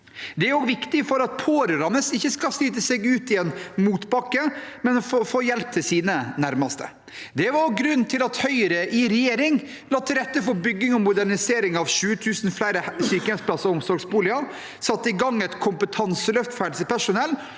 Det er også viktig for at pårørende ikke skal slite seg ut i motbakke, men at man får hjelp til sine nærmeste. Det var grunnen til at Høyre i regjering la til rette for bygging og modernisering av 20 000 flere sykehjemsplasser og omsorgsboliger, satte i gang et kompetanseløft for helsepersonell